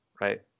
right